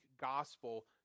gospel